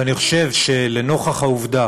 אבל אני חושב שלנוכח העובדה